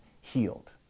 healed